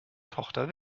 tochter